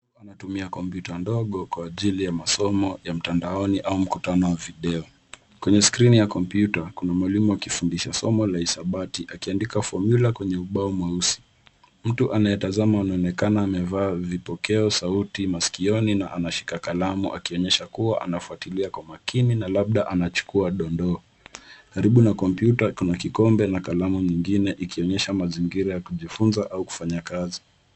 Anatumia kompyuta ndogo kwa ajili ya masomo ya mtandaoni au mkutano wa video. Kwenye skrini ya kompyuta kuna mwalimu akifundisha somo la hisabati akiandika fomyula kwenye ubao mweusi. Mtu anayetazama anaonekana amevaa vipokea sauti masikioni na anashika kalamu akionyesha kuwa anafuatilia kwa makini na labda anachukua dondoo. Karibu na kompyuta kuna kikombe na kalamu nyingine ikionyesha mazingira ya kujifunza au kufanya kazi.